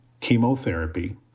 chemotherapy